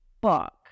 book